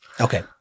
Okay